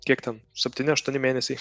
kiek ten septyni aštuoni mėnesiai